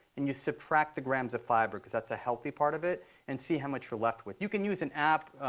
and you subtract the grams of fiber because that's the ah healthy part of it and see how much you're left with. you can use an app,